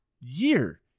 year